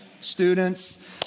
students